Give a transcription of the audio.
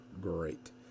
great